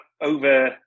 over